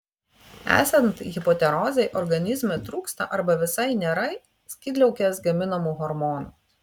esant hipotirozei organizme trūksta arba visai nėra skydliaukės gaminamų hormonų